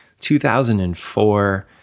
2004